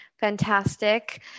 Fantastic